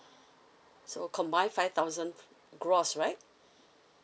so combine five thousand gross right